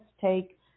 take